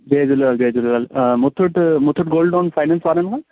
जय झूलेलाल जय Jhulelal Muthoot Muthoot gold loan finance वारनि मां